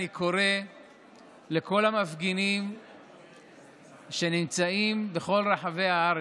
אני קורא לכל המפגינים שנמצאים בכל רחבי הארץ: